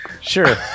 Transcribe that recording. sure